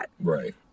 Right